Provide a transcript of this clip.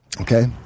okay